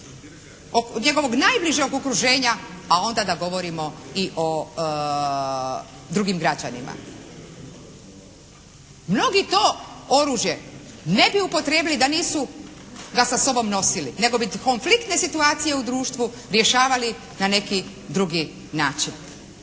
njegovog najbližeg okruženja, a onda da govorimo i o drugim građanima. Mnogi to oružje ne bi upotrijebili da nisu ga sa sobom nosili, nego bi konfliktne situacije u društvu rješavali na neki drugi način.